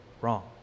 wrong